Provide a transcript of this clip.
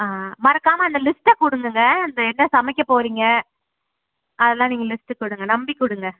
ஆ மறக்காமல் அந்த லிஸ்ட்டை கொடுங்கங்க அந்த என்ன சமைக்கப் போகிறீங்க அதலாம் நீங்கள் லிஸ்ட்டு கொடுங்க நம்பி கொடுங்க